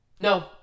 No